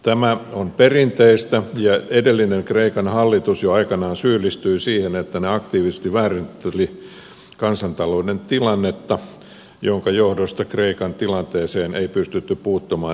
tämä on perinteistä ja edellinen kreikan hallitus jo aikanaan syyllistyi siihen että se aktiivisesti väärenteli kansantalouden tilannetta minkä johdosta kreikan tilanteeseen ei pystytty puuttumaan riittävän ajoissa